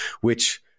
which-